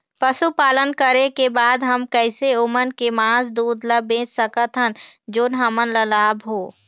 पशुपालन करें के बाद हम कैसे ओमन के मास, दूध ला बेच सकत हन जोन हमन ला लाभ हो?